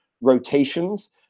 rotations